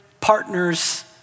partners